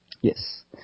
Yes